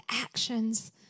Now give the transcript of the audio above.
actions